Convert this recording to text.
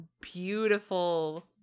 beautiful